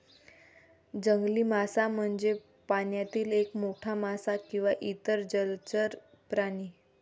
जंगली मासा म्हणजे पाण्यातील एक मोठा मासा किंवा इतर जलचर प्राणी